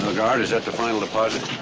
guard, is that the final deposit?